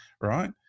right